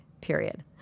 period